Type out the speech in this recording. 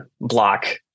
block